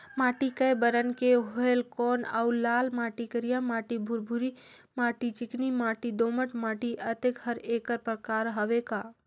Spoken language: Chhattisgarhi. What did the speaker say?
माटी कये बरन के होयल कौन अउ लाल माटी, करिया माटी, भुरभुरी माटी, चिकनी माटी, दोमट माटी, अतेक हर एकर प्रकार हवे का?